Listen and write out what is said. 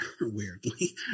weirdly